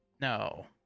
No